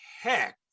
heck